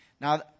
Now